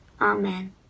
Amen